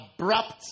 abrupt